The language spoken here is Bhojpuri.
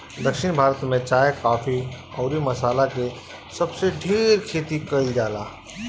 दक्षिण भारत में चाय, काफी अउरी मसाला के सबसे ढेर खेती कईल जाला